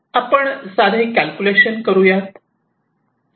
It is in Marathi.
आपण साधे कॅल्क्युलेशन करूया